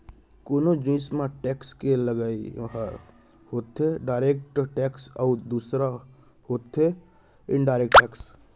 कोनो जिनिस म टेक्स के लगई ह होथे डायरेक्ट टेक्स अउ दूसर होथे इनडायरेक्ट टेक्स